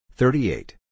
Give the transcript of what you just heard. Thirty-eight